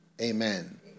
Amen